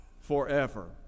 Forever